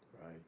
Right